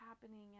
happening